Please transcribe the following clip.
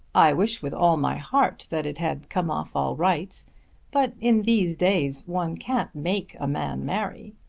i wish with all my heart that it had come off all right but in these days one can't make a man marry.